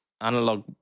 Analog